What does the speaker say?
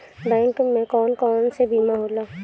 Bank में कौन कौन से बीमा होला?